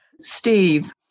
Steve